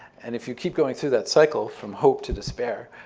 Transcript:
and if you keep going through that cycle from hope to despair,